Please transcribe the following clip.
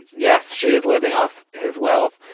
yes, she is living off his wealth,